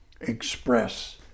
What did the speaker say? express